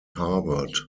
harvard